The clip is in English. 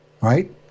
right